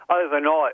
overnight